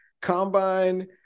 Combine